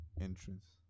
entrance